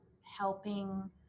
helping